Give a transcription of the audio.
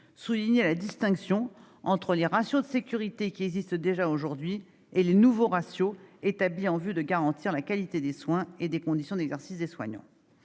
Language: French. souligné la distinction entre les ratios de sécurité qui existent déjà aujourd'hui et les nouveaux ratios, établis en vue de garantir la qualité des soins et des conditions d'exercice des soignants.